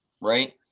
right